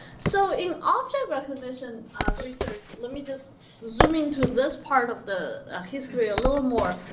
so, in object recognition research, let me just zoom into this part of the history a little more.